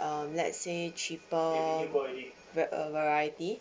um let say cheaper var~ uh variety